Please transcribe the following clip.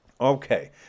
Okay